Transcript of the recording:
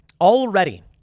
Already